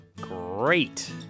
Great